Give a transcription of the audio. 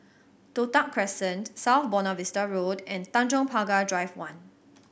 Toh Tuck Crescent South Buona Vista Road and Tanjong Pagar Drive One